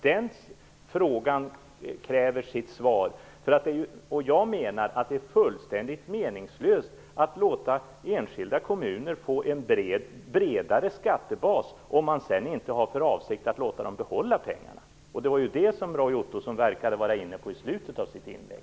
Den frågan kräver sitt svar. Jag menar att det är fullständigt meningslöst att låta enskilda kommuner få en bredare skattebas om man sedan inte har för avsikt att låta dem behålla pengarna. Det var det som Roy Ottosson verkade vara inne på i slutet av sitt inlägg.